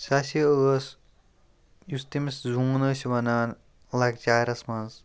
سُہ ہسا ٲس یُس تٔمِس زوٗن ٲسۍ وَنان لۄکچارَس منٛز